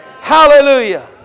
hallelujah